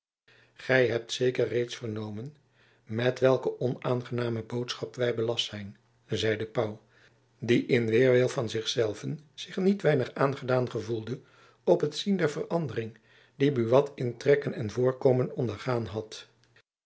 gy hebt zeker reeds vernomen met welke onaangename boodschap wy belast zijn zeide pauw die in weêrwil van zich zelven zich niet weinig aangedaan gevoelde op het zien der verandering die buat in trekken en voorkomen ondergaan had